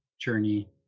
journey